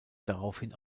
daraufhin